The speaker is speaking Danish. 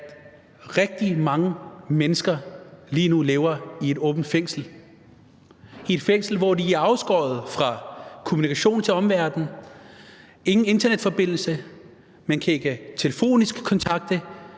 at rigtig mange mennesker lige nu lever i et åbent fængsel, i et fængsel, hvor de er afskåret fra kommunikation til omverdenen – ingen internetforbindelse, man kan ikke få telefonisk kontakt